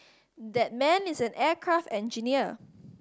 that man is an aircraft engineer